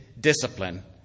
discipline